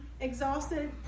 exhausted